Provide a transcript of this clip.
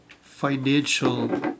financial